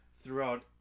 throughout